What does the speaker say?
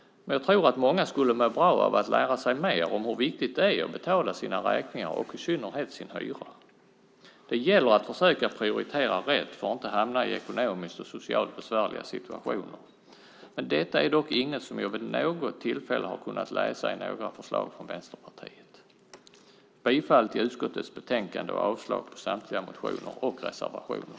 Jag tror att många skulle må bra av att lära sig mer om hur viktigt det är att betala sina räkningar och i synnerhet sin hyra. Det gäller att försöka prioritera rätt för att inte hamna i ekonomiskt och socialt besvärliga situationer. Detta har jag inte vid något tillfälle kunnat läsa i några förslag från Vänsterpartiet. Jag yrkar bifall till förslagen i utskottets betänkande och avslag på samtliga motioner och reservationer.